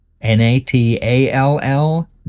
N-A-T-A-L-L